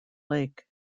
lake